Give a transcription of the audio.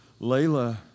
Layla